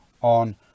on